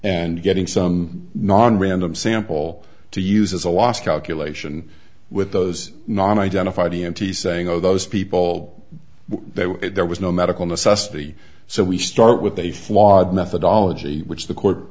and getting some non random sample to use as a last calculation with those non identified e m t saying oh those people they were there was no medical necessity so we start with a flawed methodology which the court